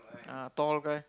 a tall guy